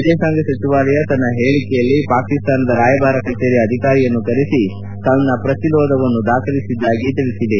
ವಿದೇಶಾಂಗ ವ್ಯವಹಾರಗಳ ಸಚಿವಾಲಯ ತನ್ನ ಹೇಳಿಕೆಯಲ್ಲಿ ಪಾಕಿಸ್ತಾನದ ರಾಯಭಾರ ಕಚೇರಿಯ ಅಧಿಕಾರಿಯನ್ನು ಕರೆಸಿ ತಮ್ಮ ಪ್ರತಿರೋಧವನ್ನು ದಾಖಲಿಸಿದ್ದಾಗಿ ಹೇಳಿದೆ